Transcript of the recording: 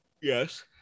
Yes